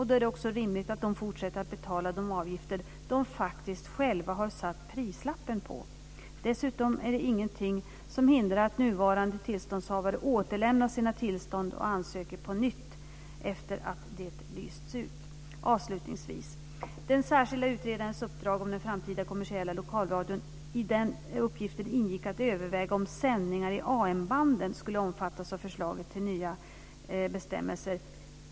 Det är då också rimligt att de fortsätter att betala de avgifter de faktiskt själva har satt prislappen på. Dessutom är det ingenting som hindrar att nuvarande tillståndshavare återlämnar sina tillstånd och ansöker på nytt efter att det lysts ut. I den särskilda utredarens uppdrag om den framtida kommersiella lokalradion ingick att överväga om sändningar i AM-banden skulle omfattas av förslaget till nya bestämmelser.